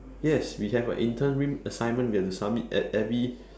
yes we have a interim assignment we have to submit at every